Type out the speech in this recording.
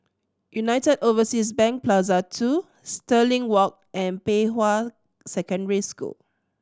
United Overseas Bank Plaza Two Stirling Walk and Pei Hwa Secondary School